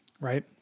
right